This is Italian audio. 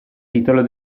titolo